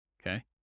okay